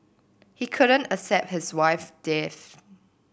he couldn't accept his wife's death